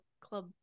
club